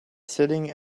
sitting